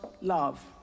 love